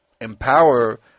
empower